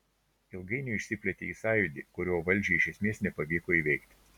ilgainiui išsiplėtė į sąjūdį kurio valdžiai iš esmės nepavyko įveikti